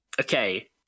Okay